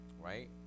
right